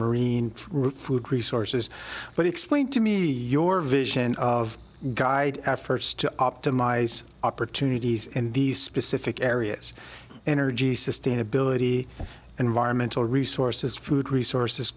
route food resources but explain to me your vision of guide efforts to optimize opportunities in these specific areas energy sustainability environmental resources food resources